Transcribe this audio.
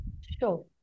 sure